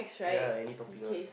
ya lah any topic lah